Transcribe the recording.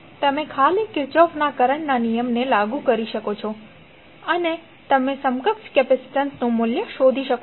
તમે ખાલી કિર્ચોફના કરંટના નિયમને લાગુ કરી શકો છો અને તમે સમકક્ષ કેપેસિટીન્સનું મૂલ્ય શોધી શકો છો